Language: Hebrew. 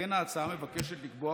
כמו כן ההצעה מבקשת לקבוע,